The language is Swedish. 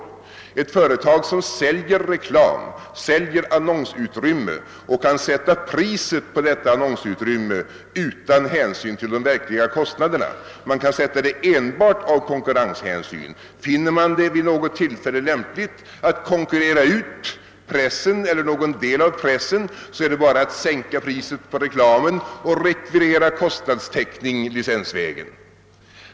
Vi får då ett företag som säljer reklam, som säljer annonsutrymme och som kan sätta priset på detta annonsutrymme utan hänsyn till de verkliga kostnaderna. Man kan sätta priset enbart av konkurrenshänsyn. Finner man det vid något tillfälle lämpligt att konkurrera ut pressen eller någon del av pressen, är det bara att sänka priset för reklamen och sedan rekvirera kostnadstäckning licensvägen.